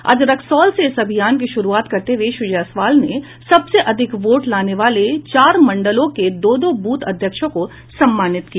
आज रक्सौल से इस अभियान की शुरुआत करते हुए श्री जायसवाल ने सबसे अधिक वोट लाने वाले चार मंडलों के दो दो बूथ अध्यक्षों को सम्मानित किया